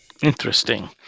Interesting